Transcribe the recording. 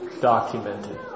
documented